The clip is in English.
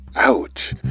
Ouch